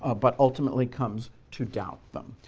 ah but ultimately comes to doubt them.